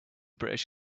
british